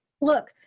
look